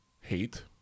hate